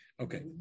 Okay